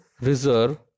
reserve